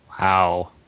Wow